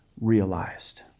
realized